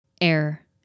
air